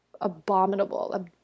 abominable